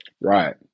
Right